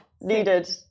needed